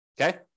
Okay